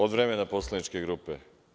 Od vremena poslaničke grupe.